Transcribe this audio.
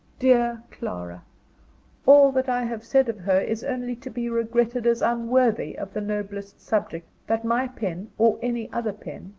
dear clara all that i have said of her is only to be regretted as unworthy of the noblest subject that my pen, or any other pen,